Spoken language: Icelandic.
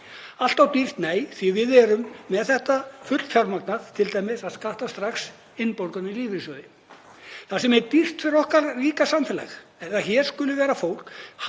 Allt of dýrt? Nei, því að við erum með þetta fullfjármagnað, t.d. með því að skatta strax innborgun í lífeyrissjóði. Það sem er dýrt fyrir okkar ríka samfélag er að hér skuli vera fólk